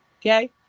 Okay